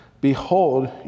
behold